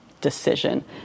decision